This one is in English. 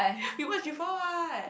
we watch before what